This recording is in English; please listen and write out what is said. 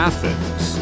Athens